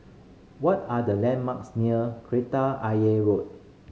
what are the landmarks near Kreta Ayer Road